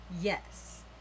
Yes